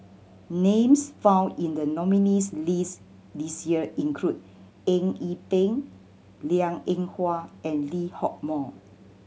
names found in the nominees' list this year include Eng Yee Peng Liang Eng Hwa and Lee Hock Moh